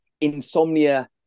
insomnia